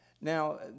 Now